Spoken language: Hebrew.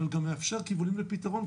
אבל גם מאפשר כיוונים לפתרון,